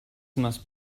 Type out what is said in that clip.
must